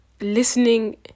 listening